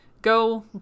go